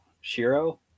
Shiro